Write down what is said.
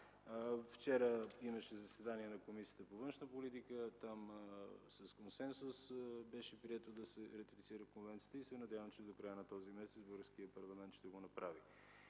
Вчера имаше заседание на Комисията по външна политика и отбрана. Там с консенсус беше прието да се ратифицира конвенцията и се надявам, че до края на този месец българският парламент ще го направи.